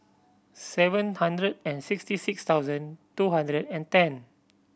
seven hundred and sixty six thousand two hundred and ten